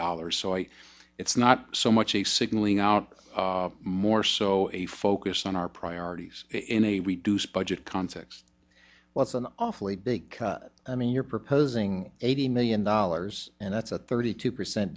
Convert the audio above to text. dollars so i it's not so much a signaling out more so a focus on our priorities in a reduced budget context what's an awfully big i mean you're proposing eighty million dollars and that's a thirty two percent